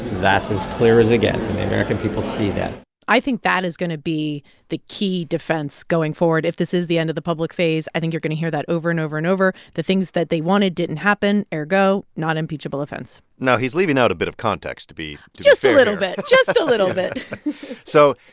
that's as clear as it gets, and the american people see that i think that is going to be the key defense going forward. if this is the end of the public phase, i think you're going to hear that over and over and over. the things that they wanted didn't happen, ergo not impeachable offense now, he's leaving out a bit of context, to be. just a little bit just a little bit so,